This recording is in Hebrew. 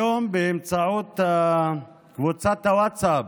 היום, באמצעות קבוצת הווטסאפ